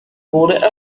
wurde